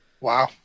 Wow